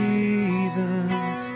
Jesus